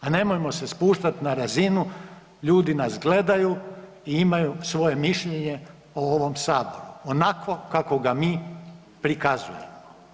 Ali nemojmo se spuštat na razinu ljudi nas gledaju i imaju svoje mišljenje o ovom Saboru onako kako ga mi prikazujemo.